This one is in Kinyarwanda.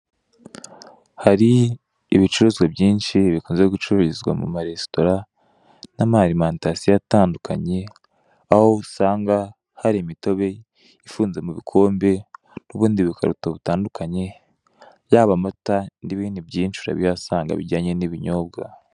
Hari ibicuruzwa byinshi bikunzwe gucururizwa mu maresitora n'amarimantasiyo atandukanye aho usanga hari imitobe ifunze mu bikombe n'ubundi bukarito butandukanye, yaba amata n'ibindi byinshi urabihasanga bijyanye n'ibinyobwa.